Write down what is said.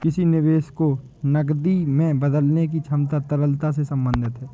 किसी निवेश को नकदी में बदलने की क्षमता तरलता से संबंधित है